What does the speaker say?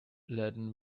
laden